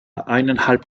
eineinhalb